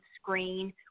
screen